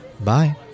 Bye